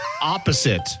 Opposite